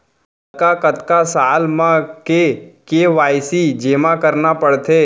कतका कतका साल म के के.वाई.सी जेमा करना पड़थे?